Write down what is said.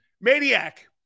Maniac